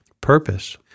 purpose